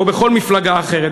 או בכל מפלגה אחרת.